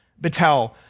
Battelle